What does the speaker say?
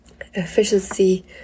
efficiency